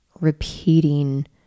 repeating